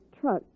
truck